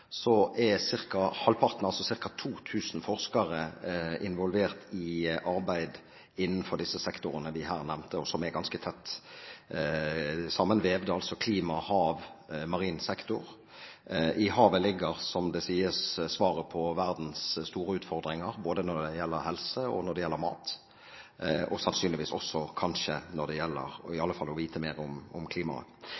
Så vidt jeg husker, er ca. halvparten av Bergens 4 000 forskere – altså ca. 2 000 forskere – involvert i arbeid innenfor disse sektorene vi her nevnte, og som er ganske tett sammenvevd, altså klima-, hav- og marin sektor. I havet ligger, som det sies, svaret på verdens store utfordringer, både når det gjelder helse, når det gjelder mat, og kanskje også når det gjelder